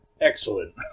Excellent